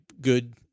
good